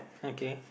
okay